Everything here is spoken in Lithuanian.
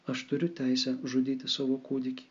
aš turiu teisę žudyti savo kūdikį